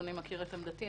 ואדוני מכיר את עמדתי.